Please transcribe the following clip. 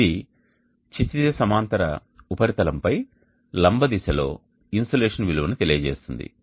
ఇది క్షితిజ సమాంతర ఉపరితలంపై లంబ దిశలో ఇన్సోలేషన్ విలువను తెలియజేస్తుంది